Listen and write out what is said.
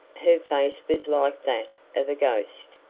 her face was like that of a ghost.